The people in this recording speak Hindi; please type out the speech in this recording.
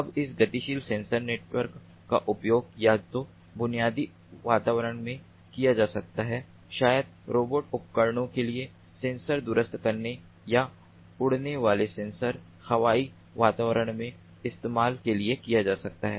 अब इस गतिशील सेंसर नेटवर्क का उपयोग या तो बुनियादी वातावरण में किया जा सकता है शायद रोबोट उपकरणों के लिए सेंसर दुरुस्त करने या उड़ने वाले सेंसर हवाई वातावरण में इस्तेमाल के लिए किया जा सकता है